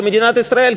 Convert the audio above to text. כמדינת ישראל,